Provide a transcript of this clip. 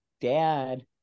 dad